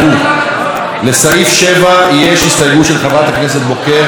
לסעיף 7 יש הסתייגות של חברת הכנסת בוקר, מורידה.